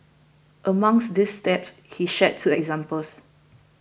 amongst these steps he shared two examples